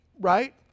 Right